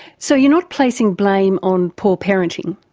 so you're not placing blame on poor parenting?